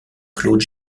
claude